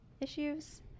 issues